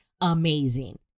amazing